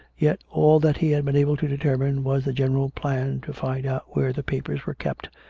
yet all that he had been able to determine was the general plan to find out where the papers were kept,